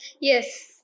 yes